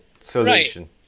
solution